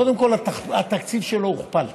קודם כול, התקציב שלו הוכפל,